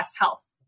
health